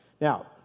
Now